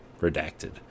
Redacted